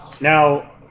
Now